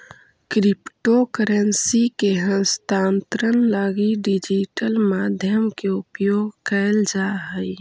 crypto currency के हस्तांतरण लगी डिजिटल माध्यम के उपयोग कैल जा हइ